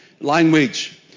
language